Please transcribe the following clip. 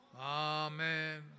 Amen